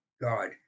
God